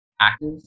active